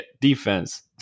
defense